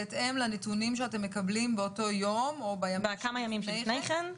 בהתאם לנתונים שאתם מקבלים כמה ימים לפני כן,